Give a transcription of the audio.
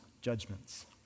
judgments